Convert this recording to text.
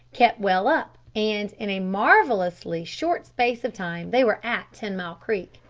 kept well up, and, in a marvellously short space of time, they were at ten-mile creek.